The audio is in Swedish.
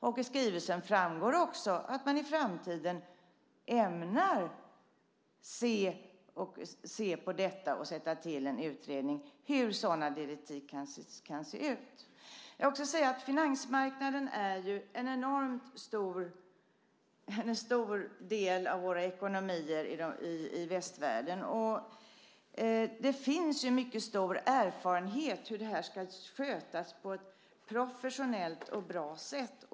I skrivelsen framgår också att man i framtiden ämnar se på detta och sätta till en utredning när det gäller hur sådana direktiv kan se ut. Finansmarknaden är en enormt stor del av våra ekonomier i västvärlden. Det finns en mycket stor erfarenhet av hur det här ska skötas på ett professionellt och bra sätt.